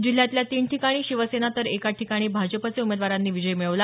जिल्ह्यातल्या तीन ठिकाणी शिवसेना तर एका ठिकाणी भाजपचे उमेदवारांनी विजय मिळवला